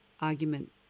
argument